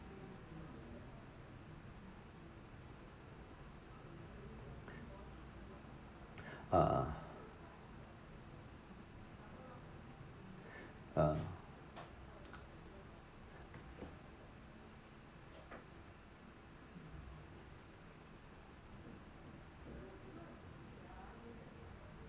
uh uh